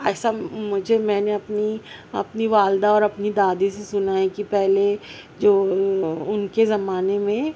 ایسا مجھے میں نے اپنی اپنی والدہ اور اپنی دادی سے سنا ہے کہ پہلے جو ان کے زمانے میں